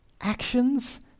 Actions